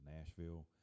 Nashville